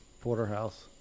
porterhouse